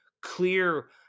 clear